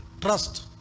Trust